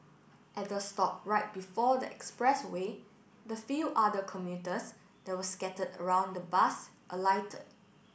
at the stop right before the expressway the few other commuters that were scattered around the bus alighted